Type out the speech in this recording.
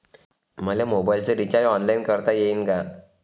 मले मोबाईलच recharge online करता येईन का?